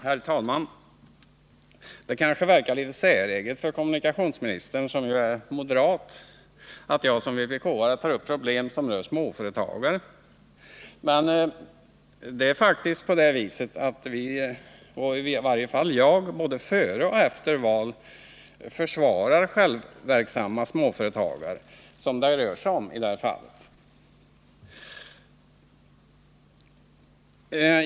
Herr talman! Det kanske verkar litet säreget för kommunikationsministern — som ju är moderat — att jag som vpk-are tar upp problem som rör småföretagare. Men det är faktiskt så att vi — i varje fall jag — både före och efter val försvarar självverksamma småföretagare, som det rör sig om i det här fallet.